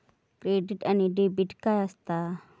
Credit आणि debit काय असता?